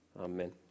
Amen